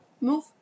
move